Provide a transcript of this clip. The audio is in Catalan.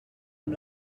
amb